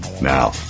Now